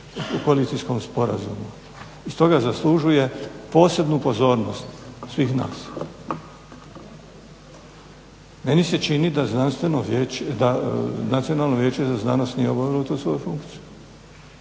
u koalicijskom sporazumu. Stoga zaslužuje posebnu pozornost svih nas. Meni se čini da Nacionalno vijeće za znanost nije obavilo tu svoju funkciju.